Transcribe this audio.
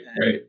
right